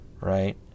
right